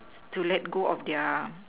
to let go of their